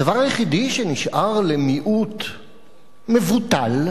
הדבר היחידי שנשאר למיעוט מבוטל,